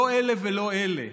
לא אלה ולא אלה,